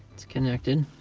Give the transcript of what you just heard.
it's connected.